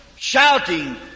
shouting